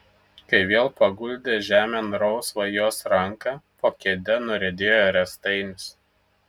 kai vėl paguldė žemėn rausvą jos ranką po kėde nuriedėjo riestainis